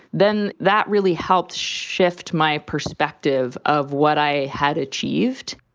then that really helped shift my perspective of what i had achieved